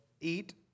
eat